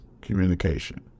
communication